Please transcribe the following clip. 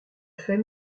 fait